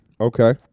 Okay